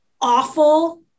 awful